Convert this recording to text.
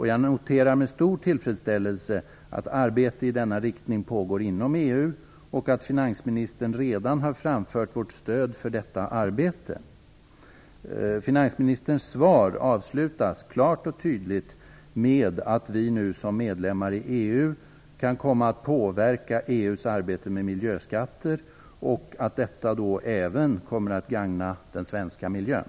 Jag noterar med stor tillfredsställelse att arbetet i denna riktning pågår inom EU och att finansministern redan har framfört vårt stöd för detta arbete. Finansministerns svar avslutas klart och tydligt med att vi nu som medlemmar i EU kan komma att påverka EU:s arbete med miljöskatter och att detta även kommer att gagna den svenska miljön.